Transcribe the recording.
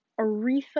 Aretha